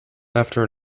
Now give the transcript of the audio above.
after